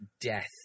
death